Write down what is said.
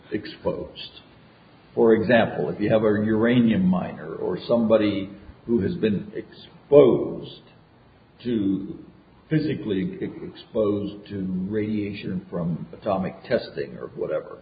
exposed for example if you have a room uranium mine or or somebody who has been exposed to physically exposed to radiation from atomic testing or whatever